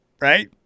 Right